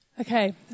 Okay